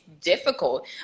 difficult